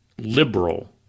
liberal